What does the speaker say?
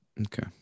Okay